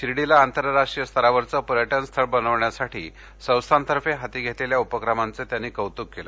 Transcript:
शिर्डीला आंतरराष्ट्रीय स्तरावरचं पर्यटन स्थळ बनवण्यासाठी संस्थानतर्फे हाती घेतलेल्या उपक्रमांचं त्यांनी कौतुक केलं